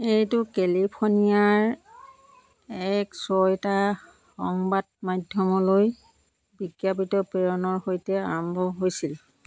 এইটো কেলিফ'ৰ্ণিয়াৰ এক ছয়টা সংবাদ মাধ্যমলৈ বিজ্ঞপ্তিত প্ৰেৰণৰ সৈতে আৰম্ভ হৈছিল